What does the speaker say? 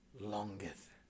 longeth